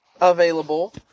available